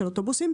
של אוטובוסים,